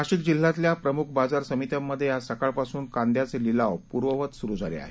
नाशिक जिल्ह्यातल्या प्रमुख बाजार समित्यांमध्ये आज सकाळपासून कांद्याचे लिलाव पूर्ववत सुरू झाले आहेत